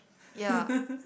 ya